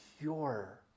pure